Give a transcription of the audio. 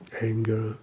anger